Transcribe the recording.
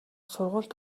сургуульд